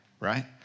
right